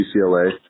UCLA